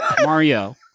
Mario